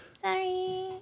Sorry